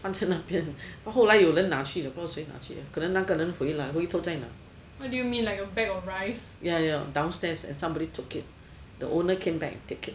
放在那边然后后来有人拿去不知道谁拿去了可能那个人回头在拿 ya downstairs and somebody took it the owner came back and took it